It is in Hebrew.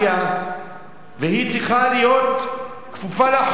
והיא צריכה להיות כפופה לחוק.